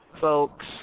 Folks